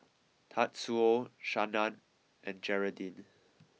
Tatsuo Shannan and Geraldine